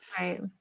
Right